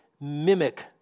mimic